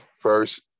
First